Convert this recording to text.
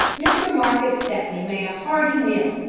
mr. marcus stepney made a hearty meal,